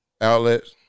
outlets